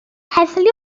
heddlu